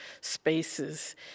spaces